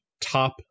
top